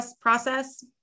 process